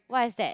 what is that